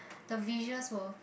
the visuals were